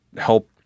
help